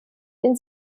denn